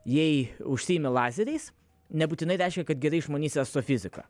jei užsiimi lazeriais nebūtinai reiškia kad gerai išmanysi astrofiziką